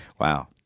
Wow